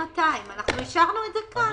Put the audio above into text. אנחנו אישרנו את זה כאן.